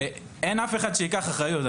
ואין אף אחד שייקח אחריות.